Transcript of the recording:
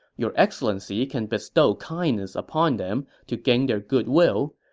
your excellency can bestow kindness upon them to gain their goodwill,